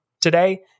today